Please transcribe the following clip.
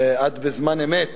ואת בזמן אמת